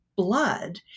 blood